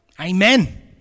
Amen